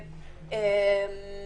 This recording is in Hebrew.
שונים.